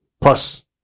Plus